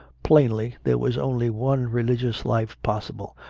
plainly there was only one religious life possible,